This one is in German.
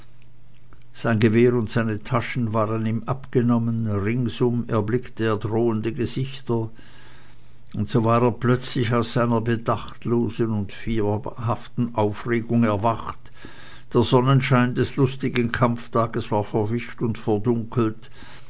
sein gewehr und seine taschen waren ihm abgenommen ringsum erblickte er drohende gesichter und so war er plötzlich aus seiner bedachtlosen und fieberhaften aufregung erwacht der sonnenschein des lustigen kampftages war verwischt und verdunkelt